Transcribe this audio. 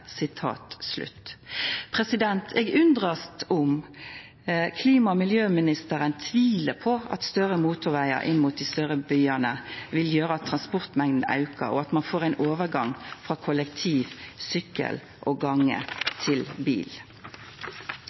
Eg undrast om klima- og miljøministeren tviler på at større motorvegar inn mot dei større byane vil gjera at transportmengda aukar, og at ein får ein overgang frå kollektivtransport, sykkel og gange til bil.